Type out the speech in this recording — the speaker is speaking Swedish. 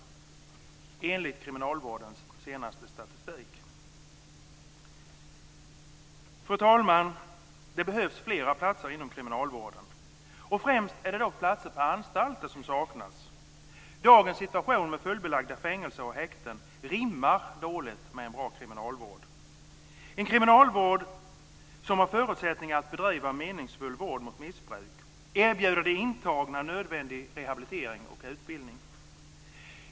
Så står det alltså i kriminalvårdens senaste statistik. Fru talman! Det behövs fler platser inom kriminalvården. Främst är det platser på anstalter som saknas. Dagens situation med fullbelagda fängelser och häkten rimmar illa med en bra kriminalvård, en kriminalvård som har förutsättningar att bedriva en meningsfull vård mot missbruk och erbjuda de intagna nödvändig rehabilitering och utbildning.